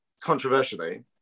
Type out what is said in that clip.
controversially